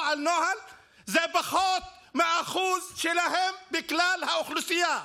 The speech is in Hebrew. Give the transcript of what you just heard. על נוהל זה פחות מהאחוז שלהם בכלל האוכלוסייה.